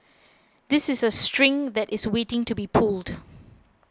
this is a string that is waiting to be pulled